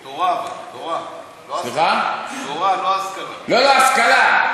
תורה, לא השכלה.